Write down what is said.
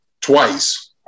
twice